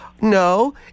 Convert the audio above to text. No